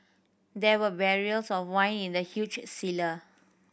there were barrels of wine in the huge cellar